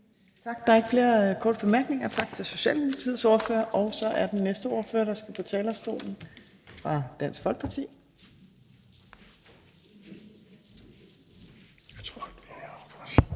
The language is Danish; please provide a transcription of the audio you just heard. Tak. Der er ikke flere korte bemærkninger. Tak til Socialdemokratiets ordfører. Den næste ordfører, der skal på talerstolen, er fra Dansk Folkeparti.